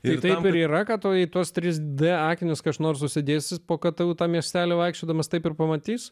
ir taip ir yra kad o jei tuos trys d akinius kas nors užsidės po ktu tą miestelį vaikščiodamas taip ir pamatys